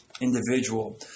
individual